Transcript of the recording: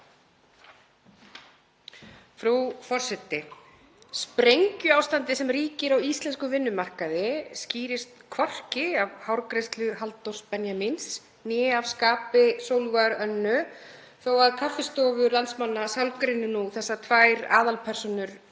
Frú forseti. Sprengjuástandið sem ríkir á íslenskum vinnumarkaði skýrist hvorki af hárgreiðslu Halldórs Benjamíns né af skapi Sólveigar Önnu þó að kaffistofur landsmanna sálgreini nú þessar tvær aðalpersónur